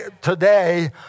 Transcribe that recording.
today